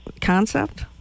concept